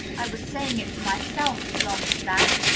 i was saying it to myself as long as that!